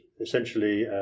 essentially